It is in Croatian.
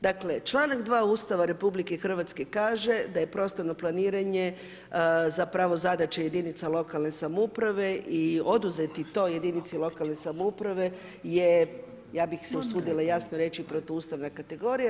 Dakle, čl. 2. Ustava RH kaže, da je prostorno planiranja zapravo zadaća jedinice lokalne samouprave i oduzeti to jedinici lokalne samouprave je ja bih se usudila jasno reći, protuustavna kategorija.